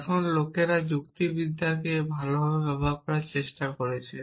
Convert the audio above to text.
এখন লোকেরা যুক্তিবিদ্যাকে ভালভাবে ব্যবহার করার চেষ্টা করেছে